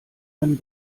einen